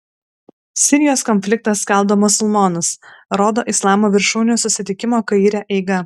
sirijos konfliktas skaldo musulmonus rodo islamo viršūnių susitikimo kaire eiga